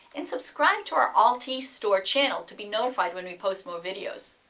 and subscribe to our altestore channel to be notified when we post more videos.